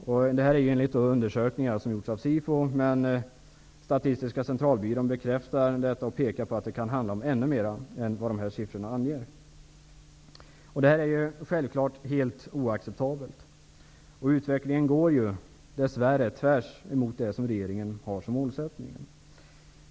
Till grund för detta ligger undersökningar som gjorts av SIFO, men Statistiska centralbyrån bekräftar uppgifterna och säger att det kan handla om ännu större antal än vad de här siffrorna anger. Det här är självfallet helt oacceptabelt. Utvecklingen går ju, dess värre, tvärsemot det som är regeringens målsättning.